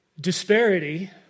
Disparity